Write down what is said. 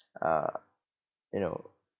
uh you know